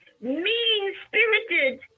Mean-spirited